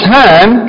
time